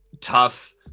tough